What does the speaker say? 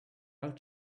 out